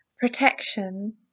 protection